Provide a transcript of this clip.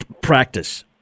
practice